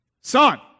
Son